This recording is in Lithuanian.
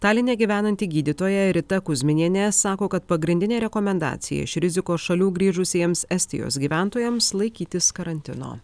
taline gyvenanti gydytoja rita kuzminienė sako kad pagrindinė rekomendacija iš rizikos šalių grįžusiems estijos gyventojams laikytis karantino